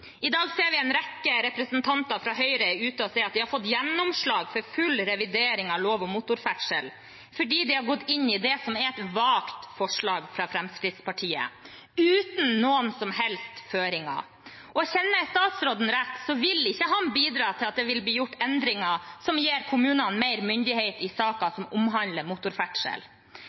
rekke representanter fra Høyre er ute og sier at de har fått gjennomslag for full revidering av lov om motorferdsel fordi de har gått inn i det som er et vagt forslag fra Fremskrittspartiet – uten noen som helst høring. Kjenner jeg statsråden rett, vil ikke han bidra til at det vil bli gjort endringer som gir kommunene mer myndighet i saker som omhandler motorferdsel.